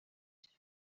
چرا